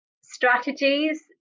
strategies